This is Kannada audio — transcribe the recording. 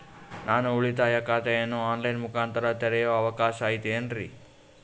ನಾನು ಉಳಿತಾಯ ಖಾತೆಯನ್ನು ಆನ್ ಲೈನ್ ಮುಖಾಂತರ ತೆರಿಯೋ ಅವಕಾಶ ಐತೇನ್ರಿ?